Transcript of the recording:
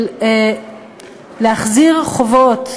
של החזרת חובות,